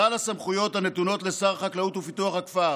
כלל הסמכויות הנתונות לשר החקלאות ופיתוח הכפר